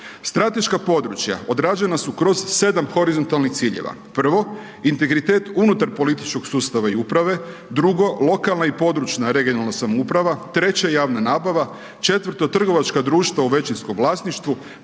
Strateška područja odrađena su kroz 7 horizontalnih ciljeva. Prvo, integritet unutar političkog sustava i uprave, drugo, lokalna i područna (regionalna) samouprava, treće javna nabava, četvrto trgovačka društva u većinskom vlasništvu,